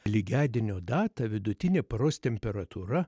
lygiadienio data vidutinė paros temperatūra